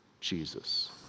Jesus